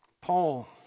Paul